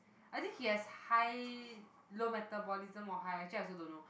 I think he has high low metabolism or high actually I also don't know